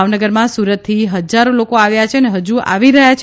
ભાવનગરમાં સુરતથી હજારો લોકો આવ્યા છે અને હજુ આવી રહયાં છે